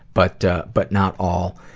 but but not all.